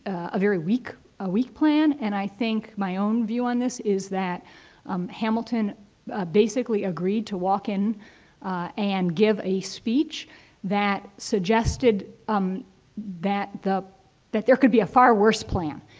a very weak a weak plan. and i think my own view on this is that um hamilton basically agreed to walk in and give a speech that suggested um that the that there could be a far worse plan.